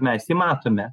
mes jį matome